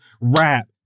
rap